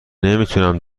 نمیتونم